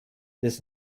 des